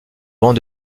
bancs